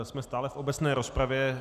Jsme stále v obecné rozpravě.